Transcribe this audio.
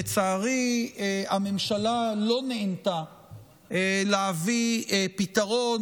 לצערי הממשלה לא נענתה להביא פתרון,